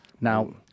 Now